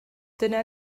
dyna